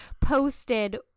posted